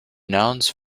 nouns